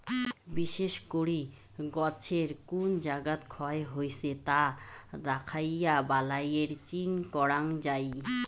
বিশেষ করি গছের কুন জাগাত ক্ষয় হইছে তা দ্যাখিয়া বালাইয়ের চিন করাং যাই